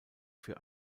für